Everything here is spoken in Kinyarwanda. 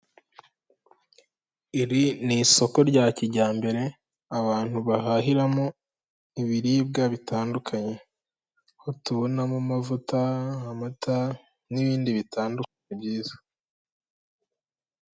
Iri ni isoko rya kijyambere abantu bahahiramo ibiribwa bitandukanye ho tubonamo amavuta, amata, n'ibindi bitandukanye byiza.